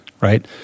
right